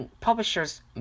publishers